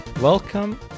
welcome